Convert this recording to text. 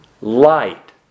light